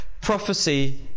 prophecy